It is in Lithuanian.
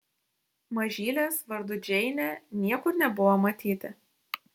mažylės vardu džeinė niekur nebuvo matyti